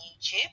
YouTube